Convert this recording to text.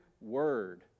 word